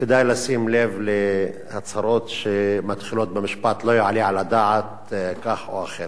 כדאי לשים לב להצהרות שמתחילות במשפט: לא יעלה על הדעת כך או אחרת.